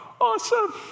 awesome